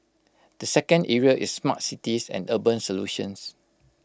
the second area is smart cities and urban solutions